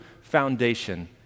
foundation